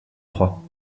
trois